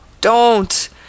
don't